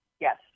Yes